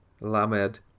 Lamed